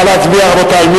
רבותי, נא להצביע.